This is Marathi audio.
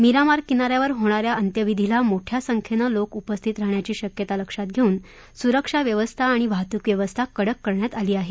मीरामार किना यावर होणा या अंत्यविधीला मोठ्या संख्येने लोक उपस्थित राहण्याची शक्यता लक्षात घेऊन सुरक्षा व्यवस्था आणि वाहतूक व्यवस्था कडक करण्यात आली आहे